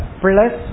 plus